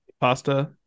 pasta